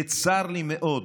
וצר לי מאוד,